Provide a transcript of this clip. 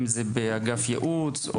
אם זה באגף ייעוץ,